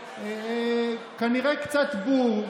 כנראה קצת בור,